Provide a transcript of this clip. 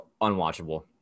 unwatchable